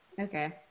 Okay